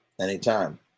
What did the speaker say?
Anytime